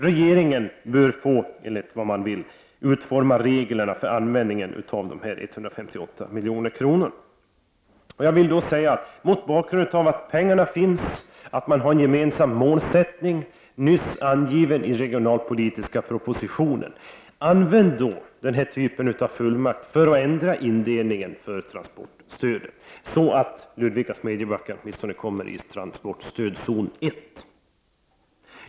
Regeringen bör, enligt vad man vill, få utforma reglerna för användningen av dessa 158 milj.kr. Mot bakgrund av att pengarna finns och att man har en gemensam målsättning nyss angiven i den regionalpolitiska propositionen — använd då denna typ av fullmakt för att ändra indelningen av transportstödet så att Ludvika och Smedjebacken åtminstone kommer i transportstödzon 1!